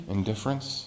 Indifference